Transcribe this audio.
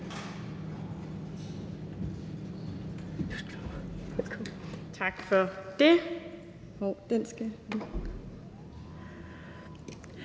Tak for det.